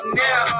now